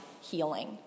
healing